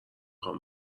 خوام